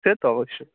সে তো অবশ্যই